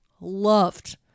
loved